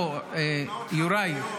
בוא, יוראי.